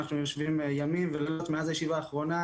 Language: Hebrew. אני יושבים ימים ולילות מאז הישיבה האחרונה